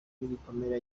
n’ibikomere